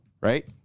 right